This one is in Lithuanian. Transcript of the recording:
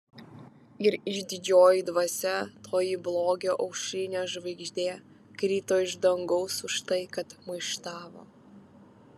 ir išdidžioji dvasia toji blogio aušrinė žvaigždė krito iš dangaus už tai kad maištavo